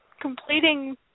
completing